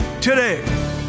today